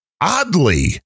oddly